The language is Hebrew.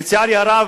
לצערי הרב,